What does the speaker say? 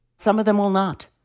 some of them will not